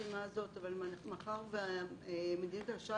האם נתקלתם בתופעות שבהן לווים כאלה או אחרים